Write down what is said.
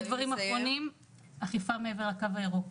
דבר אחרון, אכיפה מעבר לקו הירוק,